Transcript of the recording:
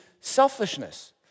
selfishness